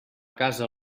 casa